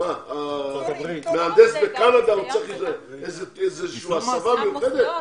מהנדס מקנדה צריך הסבה מיוחדת?